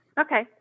Okay